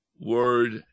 word